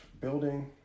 building